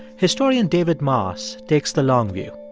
historian david moss takes the long view.